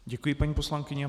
Děkuji, paní poslankyně.